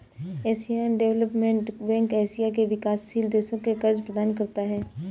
Asian development bank Asia के विकासशील देशों को कर्ज प्रदान करता है